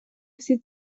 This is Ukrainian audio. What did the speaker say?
всі